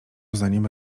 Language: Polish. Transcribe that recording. uznaniem